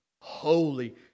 Holy